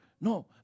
No